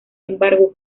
embargo